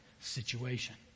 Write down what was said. situation